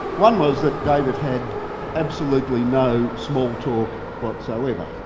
one was that david had absolutely no small talk whatsoever.